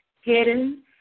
hidden